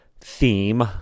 theme